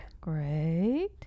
Great